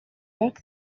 work